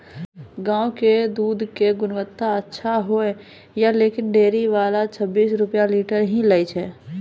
गांव के दूध के गुणवत्ता अच्छा होय या लेकिन डेयरी वाला छब्बीस रुपिया लीटर ही लेय छै?